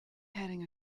heading